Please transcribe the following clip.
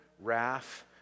wrath